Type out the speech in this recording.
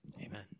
Amen